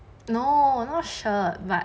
no I'm not sure but